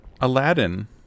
Aladdin